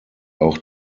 auch